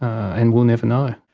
and we'll never know.